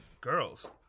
girls